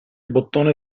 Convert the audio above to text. bottone